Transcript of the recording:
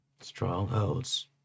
Strongholds